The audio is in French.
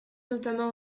notamment